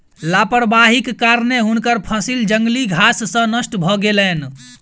लापरवाहीक कारणेँ हुनकर फसिल जंगली घास सॅ नष्ट भ गेलैन